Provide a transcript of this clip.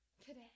today